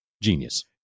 Genius